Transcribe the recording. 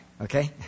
okay